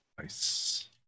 Nice